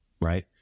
right